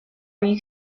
you